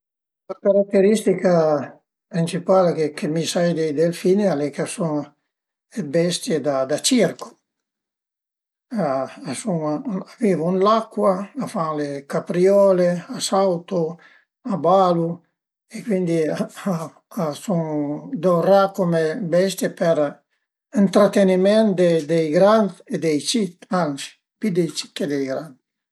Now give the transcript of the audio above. La carateristica principal chë mi sai di delfini al e ch'a sun dë bestie da circo, a sun, a vivu ën l'acua, a fan le capriole, a sautu, a balu e cuindi a sun dovrà cume bestie per ëntrateniment dei grand e dei cit, ansi pi dei cit che dei grand